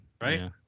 right